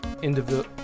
individual